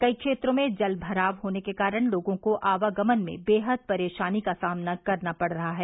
कई क्षेत्रों में जल भराव होने के कारण लोगों को आवागमन में बेहद परेशानी का सामना करना पड़ रहा है